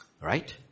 Right